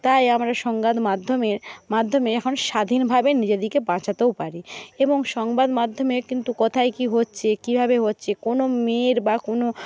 তাই আমরা সংবাদ মাধ্যমের মাধ্যমে এখন স্বাধীনভাবে নিজেদেরকে বাঁচাতেও পারি এবং সংবাদ মাধ্যমের কিন্তু কোথায় কী হচ্ছে কীভাবে হচ্ছে কোনো মেয়ের বা কোনো